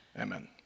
Amen